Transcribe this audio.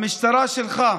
המשטרה שלך,